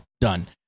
done